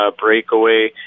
breakaway